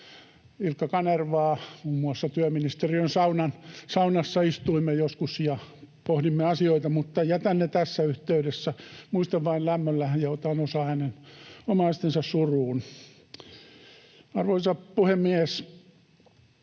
Ilkka Kanervaa. Muun muassa työministeriön saunassa istuimme joskus ja pohdimme asioita, mutta jätän ne tässä yhteydessä. Muistan vain lämmöllä ja otan osaa hänen omaistensa suruun. Arvoisa puhemies!